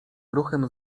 ruchem